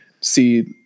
see